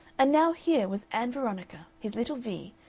and now here was ann veronica, his little vee,